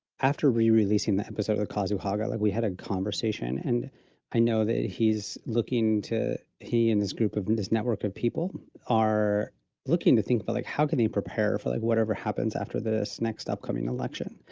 after re releasing the episode of kazu haga, like we had a conversation, and i know that he's looking to he, in this group of and this network of people are looking to think about, but like, how can they prepare for like, whatever happens after this next upcoming election,